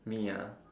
me ah